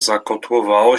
zakotłowało